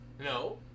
No